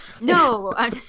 No